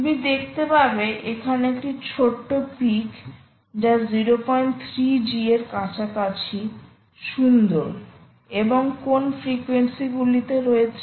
তুমি দেখতে পাবে এখানে একটি ছোট্ট পিক যা 03G এর কাছাকাছি সুন্দর এবং কোন ফ্রিকুয়েন্সি গুলিতে রয়েছে